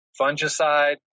Fungicide